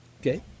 Okay